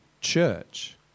church